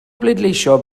bleidleisio